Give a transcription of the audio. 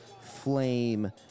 flame